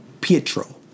Pietro